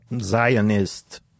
Zionist